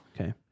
Okay